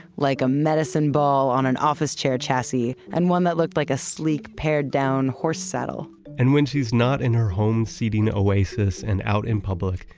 like a medicine ball on an office chair chassis and one that looked like a sleek pared down horse saddle and when she's not in her home seating oasis and out in public,